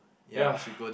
ya